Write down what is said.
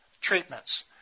Treatments